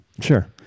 Sure